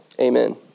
amen